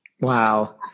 Wow